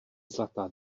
zlatá